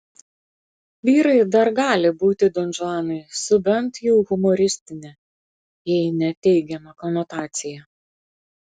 vyrai dar gali būti donžuanai su bent jau humoristine jei ne teigiama konotacija